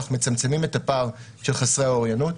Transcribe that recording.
אנחנו מצמצמים את הפער של חסרי האוריינות,